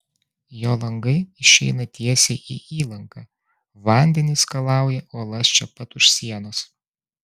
jo langai išeina tiesiai į įlanką vandenys skalauja uolas čia pat už sienos